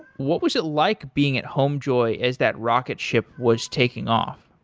what was it like being at homejoy as that rocket ship was taking off?